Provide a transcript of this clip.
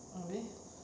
okay